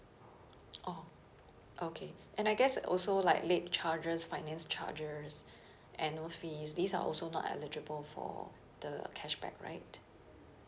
orh okay and I guess uh also like late charges finance charges annual fees these are also not eligible for the cashback right